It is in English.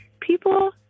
People